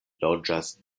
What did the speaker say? loĝas